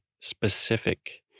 specific